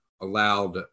allowed